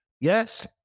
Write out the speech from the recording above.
Yes